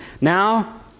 Now